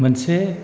मोनसे